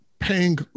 paying